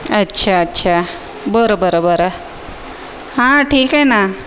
अच्छा अच्छा बरं बरं बरं हां ठीक आहे ना